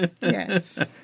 Yes